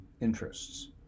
interests